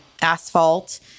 asphalt